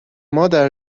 مادر